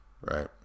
right